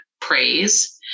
praise